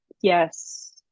Yes